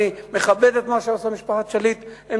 אני מכבד את מה שמשפחת שליט עושה,